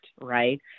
right